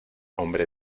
hombre